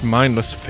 mindless